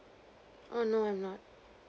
oh no I'm not